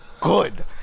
good